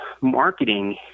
marketing